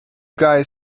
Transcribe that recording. guys